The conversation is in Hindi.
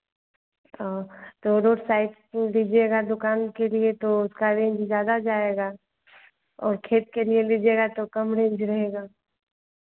ओ तो रोड साइड दीजिएगा दुकान के लिए तो उसका रेंज ज़्यादा जाएगा और खेत के लिए लीजिएगा तो कम रेंज रहेगा